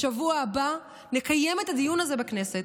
בשבוע הבא נקיים את הדיון הזה בכנסת,